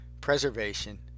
preservation